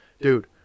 Dude